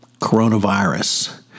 coronavirus